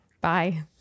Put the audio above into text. Bye